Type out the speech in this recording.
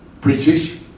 British